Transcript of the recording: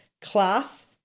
class